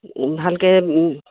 ভালকৈ